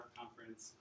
conference